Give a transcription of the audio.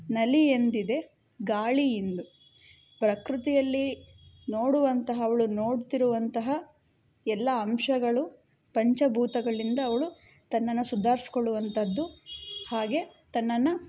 ನಲಿ ಎಂದಿದೆ ಗಾಳಿ ಇಂದು ಪ್ರಕೃತಿಯಲ್ಲಿ ನೋಡುವಂತಹ ಅವಳು ನೋಡ್ತಿರುವಂತಹ ಎಲ್ಲ ಅಂಶಗಳು ಪಂಚಭೂತಗಳಿಂದ ಅವಳು ತನ್ನನ್ನು ಸುಧಾರಿಸ್ಕೊಳ್ಳುವಂಥದ್ದು ಹಾಗೇ ತನ್ನನ್ನು